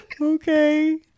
Okay